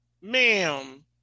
Ma'am